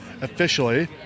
officially